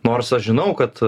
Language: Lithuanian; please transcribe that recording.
nors aš žinau kad